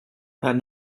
that